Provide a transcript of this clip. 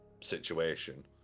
situation